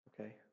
okay